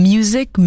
Music